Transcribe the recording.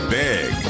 big